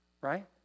right